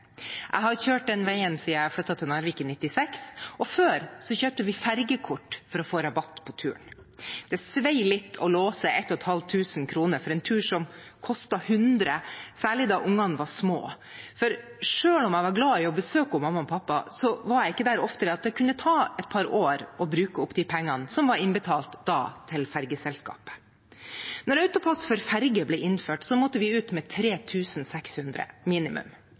Jeg har kjørt den veien siden jeg flyttet til Narvik i 1996, og før kjøpte vi fergekort for å få rabatt på turen. Det sved litt å låse fast 1 500 kr for en tur som kostet 100 kr, særlig da ungene var små. For selv om jeg var glad i å besøke mamma og pappa, var jeg der ikke oftere enn at det kunne ta et par år å bruke opp de pengene som da var innbetalt til fergeselskapet. Da AutoPASS for ferge ble innført, måtte vi ut med minimum